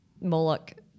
Moloch